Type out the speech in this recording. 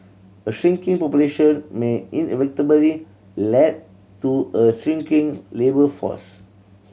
a shrinking population may inevitably led to a shrinking labour force